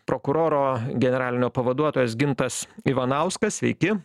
prokuroro generalinio pavaduotojas gintas ivanauskas sveiki